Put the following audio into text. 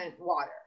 water